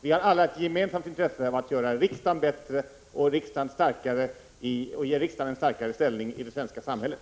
Vi har alla ett gemensamt intresse av att göra riksdagen bättre och ge riksdagen en starkare ställning i det svenska samhället.